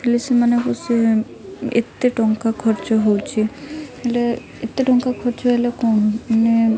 ହେଲେ ସେମାନଙ୍କୁ ସେ ଏତେ ଟଙ୍କା ଖର୍ଚ୍ଚ ହେଉଛି ହେଲେ ଏତେ ଟଙ୍କା ଖର୍ଚ୍ଚ ହେଲେ କ'ଣ ମାନେ